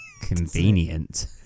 Convenient